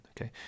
okay